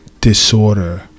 disorder